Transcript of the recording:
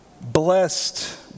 blessed